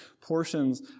portions